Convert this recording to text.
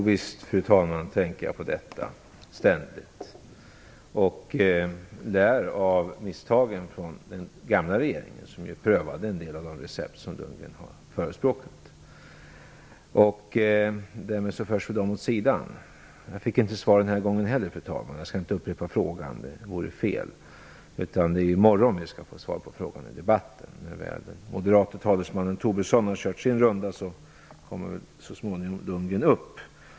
Fru talman! Jo, visst tänker jag ständigt på detta. Därvidlag gjordes också en del av misstagen från den gamla regeringen, som prövade en del av de recept som Lundgren har förespråkat. De förs nu åt sidan. Jag fick inte svar den här gången heller, fru talman. Jag skall inte upprepa frågan igen - det vore fel. Vi skall i morgon få svar på frågan i debatten. När den moderate talesmannen Tobisson har kört sin runda kommer väl så småningom Lundgren upp.